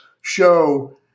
show